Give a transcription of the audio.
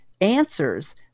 answers